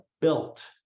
built